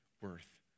worth